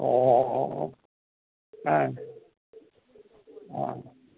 ഓ ഓ ഓ ഓ ആ ആ